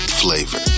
flavor